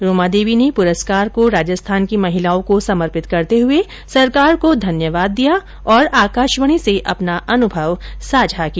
रूमा देवी ने पुरस्कार को राजस्थान की महिलाओं को समर्पित करते हुए सरकार को धन्यवाद दिया और आकाशवाणी से अपना अनुभव साझा किया